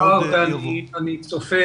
אני צופה